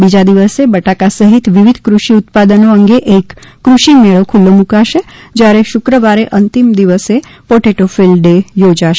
બીજા દિવસે બટાકા સહીત વિવિધ ક્રષિ ઉત્પાદનો અંગે એક કૃષિ મેળો ખુલો મુકાશે જયારે શુક્રવારે અંતિમ દિવસે પોટેટો ફિલ્ડ ડે યોજાશે